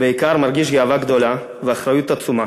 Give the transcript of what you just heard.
בעיקר מרגיש גאווה גדולה ואחריות עצומה.